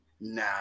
nah